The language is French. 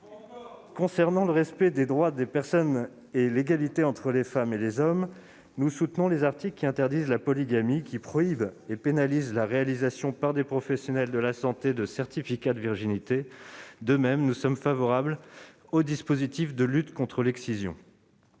Concernant le respect des droits des personnes et l'égalité entre les femmes et les hommes, nous soutenons les articles qui interdisent la polygamie et qui prohibent et pénalisent la réalisation par des professionnels de la santé de certificats de virginité. De même, nous sommes favorables au dispositif de lutte contre l'excision.